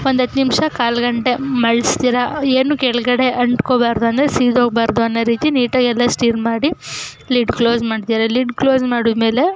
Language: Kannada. ಒಂದು ಹತ್ತು ನಿಮಿಷ ಕಾಲು ಗಂಟೆ ಮಳ್ಳಿಸ್ತೀರ ಏನು ಕೆಳಗಡೆ ಅಂಟ್ಕೊಳ್ಬಾರ್ದು ಅಂದರೆ ಸೀದೋಗ್ಬಾರ್ದು ಅನ್ನೋ ರೀತಿ ನೀಟಾಗೆಲ್ಲ ಸ್ಟಿರ್ ಮಾಡಿ ಲಿಡ್ ಕ್ಲೋಸ್ ಮಾಡ್ತೀರ ಲಿಡ್ ಕ್ಲೋಸ್ ಮಾಡಿದ್ಮೇಲೆ